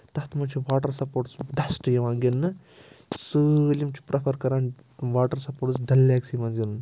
تتھ مَنٛز چھِ واٹَر سَپوٹٕس بٮ۪سٹ یِوان گِنٛدنہٕ سٲلِم چھِ پرٛٮ۪فَر کَران واٹَر سَپوٹٕس ڈل لیکسٕے مَنٛز گِنٛدُن